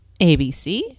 ABC